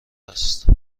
است